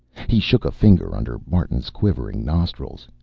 he shook a finger under martin's quivering nostrils.